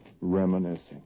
reminiscing